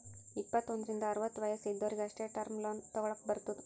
ಇಪ್ಪತ್ತು ಒಂದ್ರಿಂದ್ ಅರವತ್ತ ವಯಸ್ಸ್ ಇದ್ದೊರಿಗ್ ಅಷ್ಟೇ ಟರ್ಮ್ ಲೋನ್ ತಗೊಲ್ಲಕ್ ಬರ್ತುದ್